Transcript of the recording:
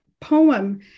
poem